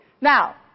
Now